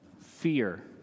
fear